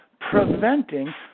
preventing